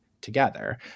together